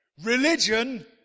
religion